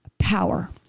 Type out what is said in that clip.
power